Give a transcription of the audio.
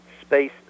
Space